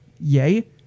Yay